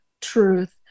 truth